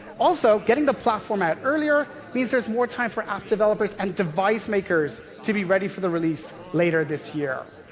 also, getting the platform out earlier means there's more time for app developers and device makers to be ready for the release later this year.